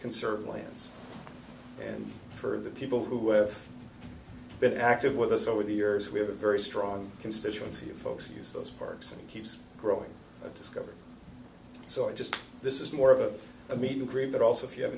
conserve lands and for the people who have been active with us over the years we have a very strong constituency of folks use those parks and keeps growing discovery so i just this is more of a i mean you agree but also if you have